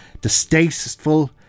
distasteful